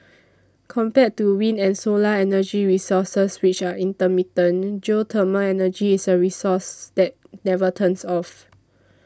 compared to wind and solar energy resources which are intermittent geothermal energy is a resource that never turns off